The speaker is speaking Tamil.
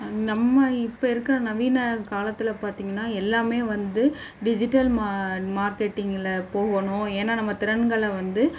நம்ம இப்போ இருக்கிற நவீன காலத்தில் பார்த்தீங்கன்னா எல்லாமே வந்து டிஜிட்டல் ம மார்க்கெட்டிங்கில போகணும் ஏன்னா நம்ம திறன்களை வந்து